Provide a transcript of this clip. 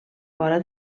vora